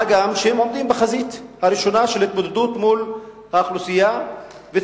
מה גם שהם עומדים בחזית הראשונה של התמודדות עם האוכלוסייה וצרכיה,